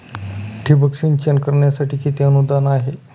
ठिबक सिंचन करण्यासाठी किती अनुदान आहे?